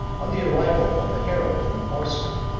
on the arrival of the harem from boursa,